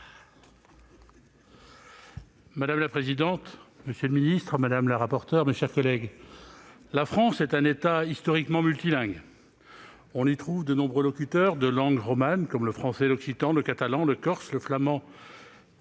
Madame la présidente, monsieur le ministre, madame la rapporteure, mes chers collègues, la France est un État historiquement multilingue. On y trouve de nombreux locuteurs de langues romanes, comme le français, l'occitan, le catalan, le corse, le